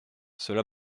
cela